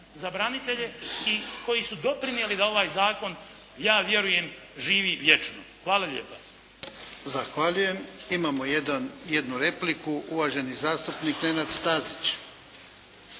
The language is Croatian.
za branitelje i koji su doprinijeli da ovaj Zakon ja vjerujem živi vječno. Hvala lijepa. **Jarnjak, Ivan (HDZ)** Zahvaljujem. Imamo jedan, jednu repliku, uvaženi zastupnik Nenad Stazić.